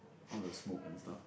all the smoke and stuff